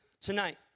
tonight